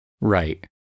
Right